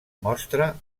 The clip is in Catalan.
mostra